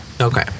Okay